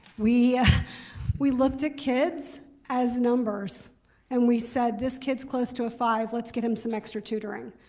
we we looked at kids as numbers and we said, this kid's close to a five, let's get him some extra tutoring.